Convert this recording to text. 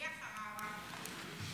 מי אחריו?